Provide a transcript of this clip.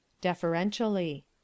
Deferentially